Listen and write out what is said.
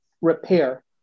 repair